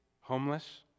homeless